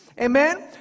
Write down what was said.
Amen